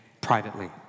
privately